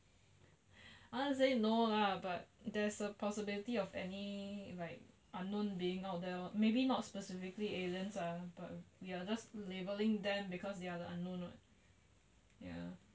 honest say no lah but there is a possibility of any like unknown being out there lor maybe not specifically aliens lah but we are just labelling them cause they are the unknown what ya